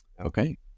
Okay